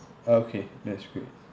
okay that's great